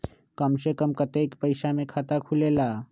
कम से कम कतेइक पैसा में खाता खुलेला?